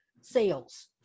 sales